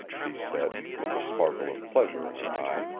she said, with a sparkle of pleasure in her eye.